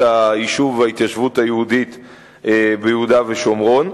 היישוב וההתיישבות היהודית ביהודה ושומרון.